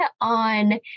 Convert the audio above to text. on